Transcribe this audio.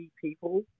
people